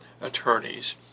attorneys